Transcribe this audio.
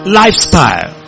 lifestyle